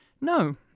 No